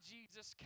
Jesus